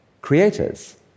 creators